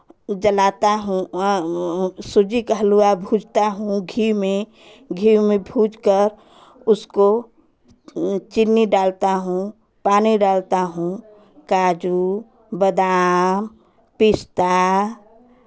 जलाता हूँ सूजी का हलवा भूजता हूँ घी में घी में भूज कर उसको चीनी डालता हूँ पानी डालता हूँ काजू बादाम पिस्ता